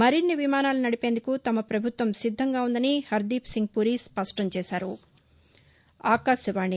మరిన్ని విమానాలు నడిపేందుకు తమ పభుత్వం సిద్దంగా ఉందని హర్దీప్ సింగ్ పూరి స్పష్టంచేశారు